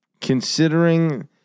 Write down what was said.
considering